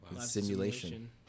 Simulation